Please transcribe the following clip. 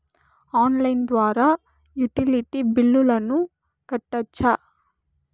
Online ద్వారా utility బిల్లులను కట్టొచ్చా?